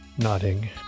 nodding